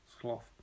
Sloth